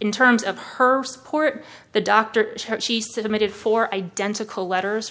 in terms of her support the doctor she submitted for identical letters